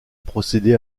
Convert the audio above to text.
procédé